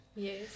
Yes